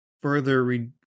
further